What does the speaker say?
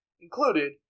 included